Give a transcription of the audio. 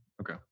Okay